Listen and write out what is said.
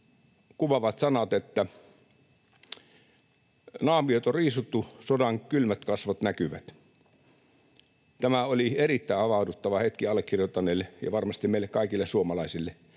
kuvaaviin sanoihin: ”Naamiot on riisuttu, sodan kylmät kasvot näkyvät.” Tämä oli erittäin havahduttava hetki allekirjoittaneelle ja varmasti meille kaikille suomalaisille.